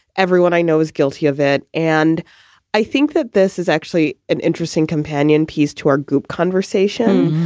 everyone i know is guilty of it. and i think that this is actually an interesting companion piece to our group conversation.